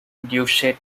deutsche